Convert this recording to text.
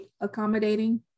accommodating